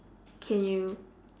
can you